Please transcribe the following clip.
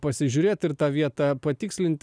pasižiūrėt ir tą vietą patikslint